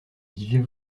vivez